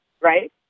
right